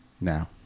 now